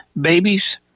babies